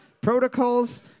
protocols